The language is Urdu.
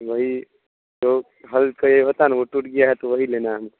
وہی جو ہل کا یہ ہوتا ہے نا وہ ٹوٹ گیا ہے تو وہی لینا ہے